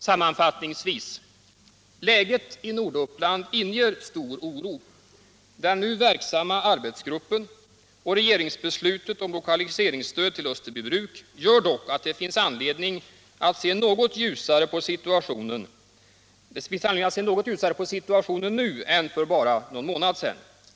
Sammanfattningsvis: Läget i Norduppland inger stor oro. Den nu verksamma arbetsgruppen och regeringens beslut om lokaliseringsstöd till Österbybruk gör dock att det finns anledning att se något ljusare på situationen i dag än för bara någon månad sedan.